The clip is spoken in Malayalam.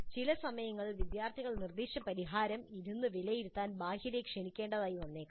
ചില സമയങ്ങളിൽ വിദ്യാർത്ഥികൾ നിർദ്ദേശിച്ച പരിഹാരം ഇരുന്ന് വിലയിരുത്താൻ ബാഹ്യരെ ക്ഷണിക്കേണ്ടതായി വന്നേക്കാം